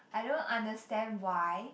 I don't understand why